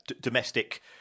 domestic